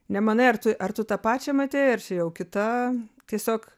nemanai ar tu ar tu tą pačią matei ar čia jau kita tiesiog